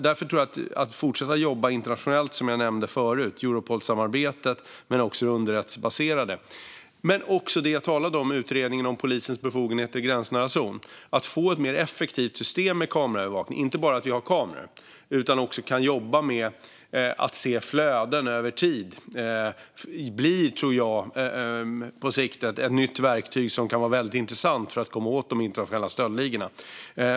Därför gäller det att fortsätta jobba internationellt, som jag nämnde förut, inom Europolsamarbetet och det underrättelsebaserade arbetet. Som jag sa har vi även tillsatt en utredning om polisens befogenheter i gränsnära zon. Det handlar om att få ett mer effektivt system med kameraövervakning och jobba med att se flöden över tid. Det är ett nytt verktyg som jag på sikt tror kan bli väldigt intressant för att komma åt de internationella stöldligorna.